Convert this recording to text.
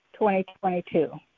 2022